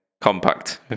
Compact